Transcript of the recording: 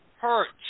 hurts